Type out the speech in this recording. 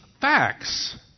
facts